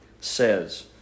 says